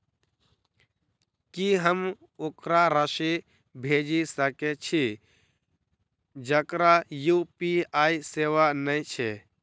की हम ओकरा राशि भेजि सकै छी जकरा यु.पी.आई सेवा नै छै?